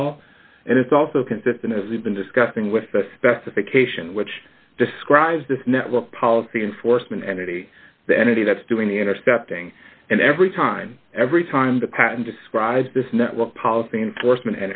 call and it's also consistent as we've been discussing with the specification which describes this network policy enforcement entities the entity that's doing the intercepting and every time every time the patent describes this network policy enforcement